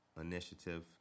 initiative